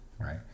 right